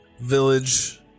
village